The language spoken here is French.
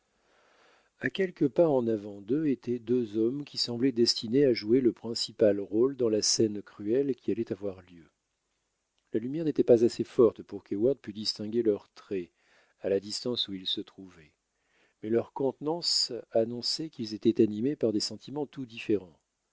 à quelques pas en avant d'eux étaient deux hommes qui semblaient destinés à jouer le principal rôle dans la scène cruelle qui allait avoir lieu la lumière n'était pas assez forte pour qu'heyward pût distinguer leurs traits à la distance où il se trouvait mais leur contenance annonçait qu'ils étaient animés par des sentiments tout différents